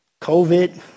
COVID